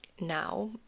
now